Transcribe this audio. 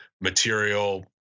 material